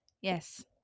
Yes